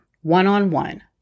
one-on-one